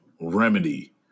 remedy